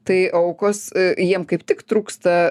tai aukos jiem kaip tik trūksta